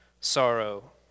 sorrow